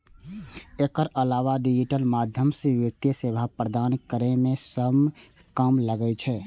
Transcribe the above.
एकर अलावा डिजिटल माध्यम सं वित्तीय सेवा प्रदान करै मे समय कम लागै छै